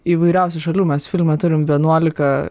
įvairiausių šalių mes filme turim vienuolika